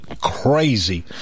crazy